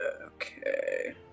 Okay